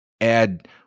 add